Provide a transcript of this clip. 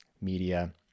media